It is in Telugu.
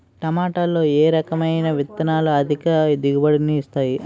టమాటాలో ఏ రకమైన విత్తనాలు అధిక దిగుబడిని ఇస్తాయి